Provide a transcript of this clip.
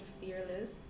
fearless